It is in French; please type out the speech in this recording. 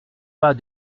pas